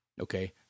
Okay